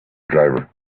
driver